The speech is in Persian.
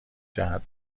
جهت